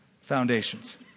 Foundations